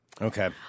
Okay